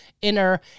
inner